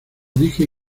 dije